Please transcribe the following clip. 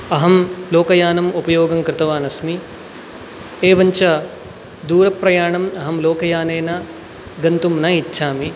अहं लोकयानम् उपयोगं कृतवानस्मि एवञ्च दूरप्रयाणम् अहं लोकयानेन गन्तुं न इच्छामि